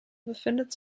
befindet